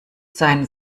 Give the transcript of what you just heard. sein